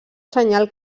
senyal